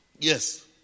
Yes